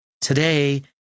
Today